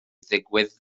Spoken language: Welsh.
ddigwydd